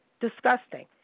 Disgusting